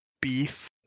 beef